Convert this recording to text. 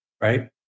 Right